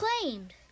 claimed